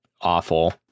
awful